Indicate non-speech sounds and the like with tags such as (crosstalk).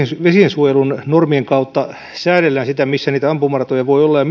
vesiensuojelun normien kautta säädellään sitä missä niitä ampumaratoja voi olla ja (unintelligible)